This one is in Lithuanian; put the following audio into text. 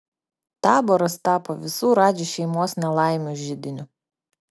taboras tapo visų radži šeimos nelaimių židiniu